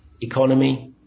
economy